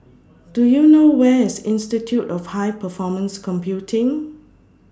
Do YOU know Where IS Institute of High Performance Computing